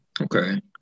Okay